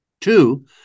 Two